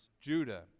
Judah